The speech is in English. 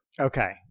Okay